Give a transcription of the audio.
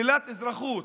שלילת אזרחות,